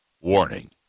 Warning